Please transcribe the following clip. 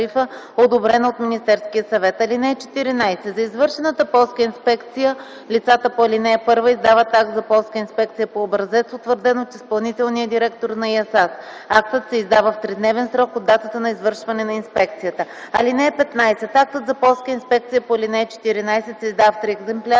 Актът за полска инспекция по ал. 14 се издава в три екземпляра